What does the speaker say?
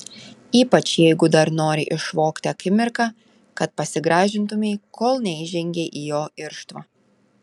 ypač jeigu dar nori išvogti akimirką kad pasigražintumei kol neįžengei į jo irštvą